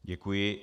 Děkuji.